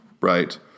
right